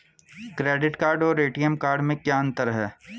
Credit card और ATM card में क्या अंतर है?